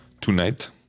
tonight